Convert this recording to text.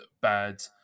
bad